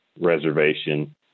reservation